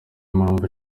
mpamvu